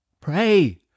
Pray